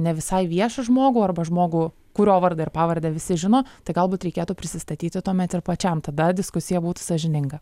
ne visai viešą žmogų arba žmogų kurio vardą ir pavardę visi žino tai galbūt reikėtų prisistatyti tuomet ir pačiam tada diskusija būtų sąžininga